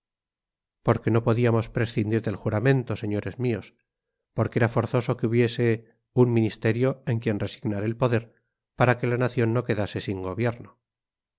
porque no podíamos prescindir del juramento señores míos porque era forzoso que hubiese un ministerio en quien resignar el poder para que la nación no quedase sin gobierno